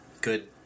good